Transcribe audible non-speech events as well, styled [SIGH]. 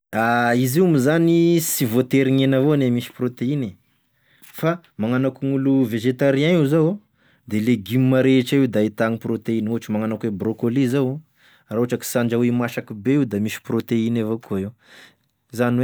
[HESITATION] Izy io moa zany sy voatery hoe gn'hena avao gne misy proteiny e fa magnano ako gn'olo vegetarien io zao o da legioma rehetra io da ahitagny proteiny ohatry magnano ako e brocolie io zao raha ohatry ka sy andrahoingy masaky be da misy proteiny evao koa io.